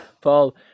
Paul